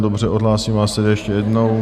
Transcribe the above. Dobře, odhlásím vás ještě jednou.